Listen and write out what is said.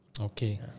Okay